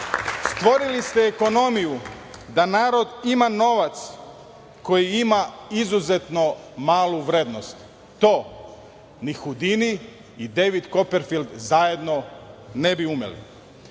Stvorili ste ekonomiju da narod ima novac koji ima izuzetno malu vrednost. To ni Hudini i Dejvid Koperfild zajedno ne bi